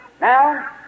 Now